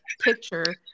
picture